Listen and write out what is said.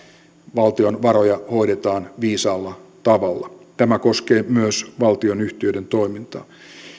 valtion varoja hoidetaan viisaalla tavalla tämä koskee myös valtionyhtiöiden toimintaa